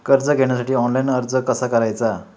कर्ज घेण्यासाठी ऑनलाइन अर्ज कसा करायचा?